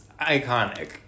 iconic